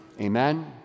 Amen